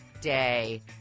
day